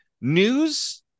news